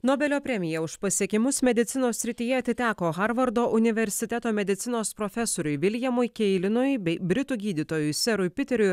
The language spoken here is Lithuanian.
nobelio premija už pasiekimus medicinos srityje atiteko harvardo universiteto medicinos profesoriui viljamui keilinui bei britų gydytojui serui piteriui